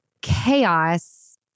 chaos